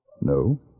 No